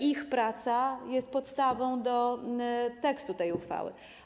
Ich praca jest podstawą do tekstu tej uchwały.